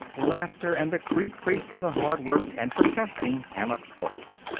laughter, and the creak-creak of the hard-worked and protesting hammock hooks.